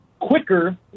quicker